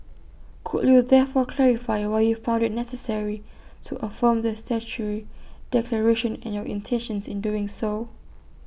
could you therefore clarify why you found IT necessary to affirm the statutory declaration and your intentions in doing so